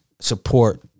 support